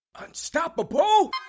unstoppable